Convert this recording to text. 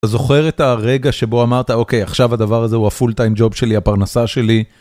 זוכר את הרגע שבו אמרת. אוקיי, עכשיו הדבר הזה הוא הפולטיים ג'וב שלי הפרנסה שלי.